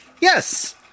yes